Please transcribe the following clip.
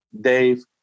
Dave